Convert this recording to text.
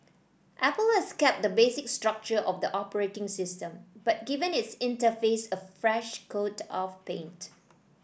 apple has kept the basic structure of the operating system but given its interface a fresh coat of paint